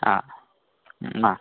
ആ ഉം ആ